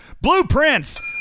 Blueprints